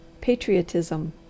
patriotism